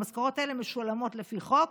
המשכורות האלה משולמות לפי חוק.